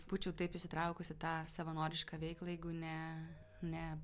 būčiau taip įsitraukus į tą savanorišką veiklą jeigu ne ne